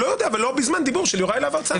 לא יודע, אבל לא בזמן דיבור של יוראי להב הרצנו.